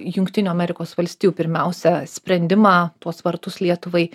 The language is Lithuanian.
jungtinių amerikos valstijų pirmiausia sprendimą tuos vartus lietuvai